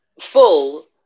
full